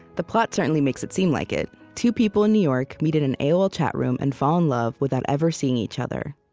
the plot certainly makes it seem like it. two people in new york meet in an aol chatroom and fall in love without ever seeing each other.